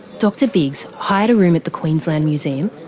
dr biggs hired a room at the queensland museum,